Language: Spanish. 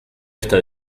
esta